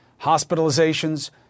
Hospitalizations